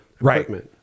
Right